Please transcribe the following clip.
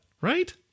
right